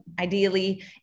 ideally